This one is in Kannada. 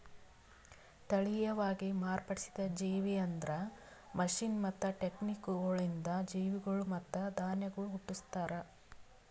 ತಳಿಯವಾಗಿ ಮಾರ್ಪಡಿಸಿದ ಜೇವಿ ಅಂದುರ್ ಮಷೀನ್ ಮತ್ತ ಟೆಕ್ನಿಕಗೊಳಿಂದ್ ಜೀವಿಗೊಳ್ ಮತ್ತ ಧಾನ್ಯಗೊಳ್ ಹುಟ್ಟುಸ್ತಾರ್